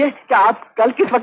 ah stop